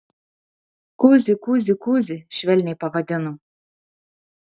kuzi kuzi kuzi švelniai pavadino